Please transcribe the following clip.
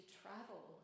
travel